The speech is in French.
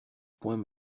poing